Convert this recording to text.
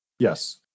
Yes